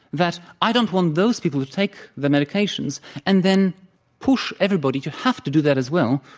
that i don't want those people to take the medications and then push everybody to have to do that as well,